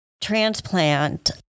transplant